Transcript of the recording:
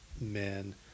men